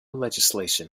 legislation